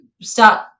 start